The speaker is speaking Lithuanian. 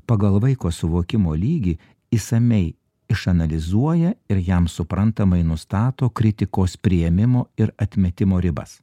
pagal vaiko suvokimo lygį išsamiai išanalizuoja ir jam suprantamai nustato kritikos priėmimo ir atmetimo ribas